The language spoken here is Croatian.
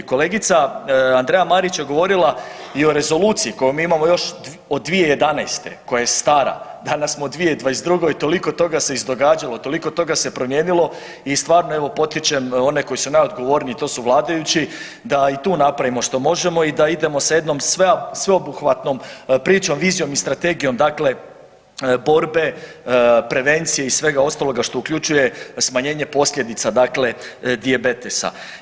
Kolegica Andreja Marić je govorila i o rezoluciji koju mi imamo još od 2011., koja je stara, danas smo u 2022. i toliko toga se izdogađalo, toliko toga se promijenilo i stvarno evo potičem one koji su najodgovorniji, to su vladajući da i tu napravimo što možemo i da idemo sa jednom sveobuhvatnom pričom, vizijom i strategijom dakle borbe, prevencije i svega ostaloga što uključuje smanjenje posljedica dakle dijabetesa.